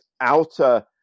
outer